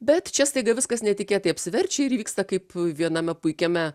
bet čia staiga viskas netikėtai apsiverčia ir įvyksta kaip viename puikiame